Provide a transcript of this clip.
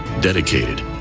dedicated